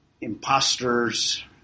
Imposters